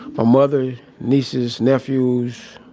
my mother, nieces, nephews,